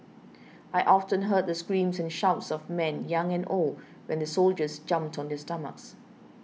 I often heard the screams and shouts of men young and old when the soldiers jumped on their stomachs